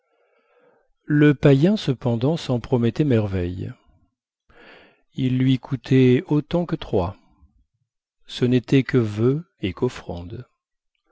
le païen cependant s'en promettait merveilles il lui coûtait autant que trois ce n'était que vœux et